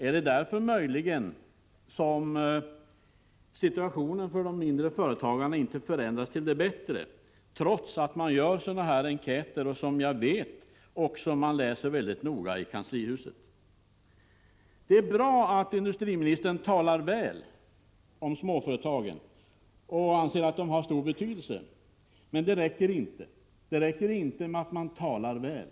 Är det möjligen därför som situationen för de mindre företagarna inte förändras till det bättre, trots att det görs sådana här enkäter, som jag vet att man också läser mycket noga i kanslihuset? Det är bra att industriministern talar väl om småföretagen och anser att de har stor betydelse. Men det räcker inte med att man talar väl.